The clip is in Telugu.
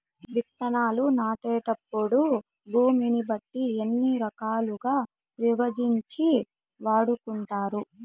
విత్తనాలు నాటేటప్పుడు భూమిని బట్టి ఎన్ని రకాలుగా విభజించి వాడుకుంటారు?